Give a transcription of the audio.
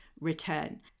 return